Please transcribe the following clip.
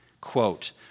Quote